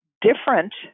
different